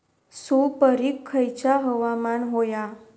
सुपरिक खयचा हवामान होया?